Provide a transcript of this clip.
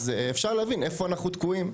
אז אפשר להבין איפה אנחנו תקועים.